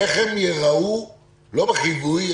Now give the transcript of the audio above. איך הם ייראו לא בחיווי,